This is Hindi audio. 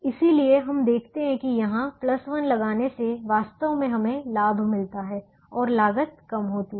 इसलिए हम देखते हैं कि यहां 1 लगाने से वास्तव में हमें लाभ मिलता है और लागत कम होती है